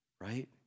Right